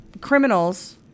criminals